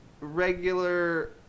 regular